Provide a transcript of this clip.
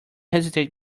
hesitate